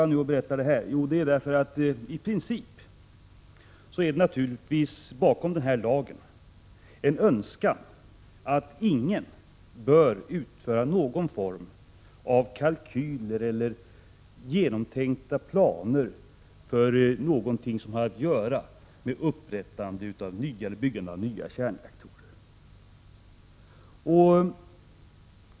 Varför berättar jag nu detta? Jo, därför att det bakom den här lagen finns ett principönskemål att ingen skall utföra någon form av kalkyler eller genomtänkta planer för något som har att göra med byggande av nya kärnreaktorer.